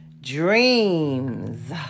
Dreams